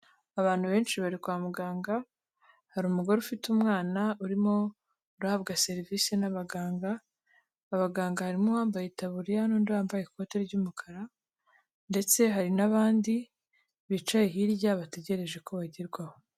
Abantu benshi bari kwa muganga, hari umugore ufite umwana urimo urahabwa serivisi n'abaganga. Abaganga harimo uwambaye itaburiya n'undi wambaye ikoti ry'umukara, ndetse hari n'abandi bicaye hirya bategereje ko bagerwaho.